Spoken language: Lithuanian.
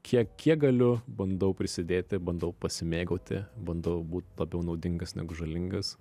kiek kiek galiu bandau prisidėti bandau pasimėgauti bandau būt labiau naudingas negu žalingas